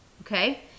okay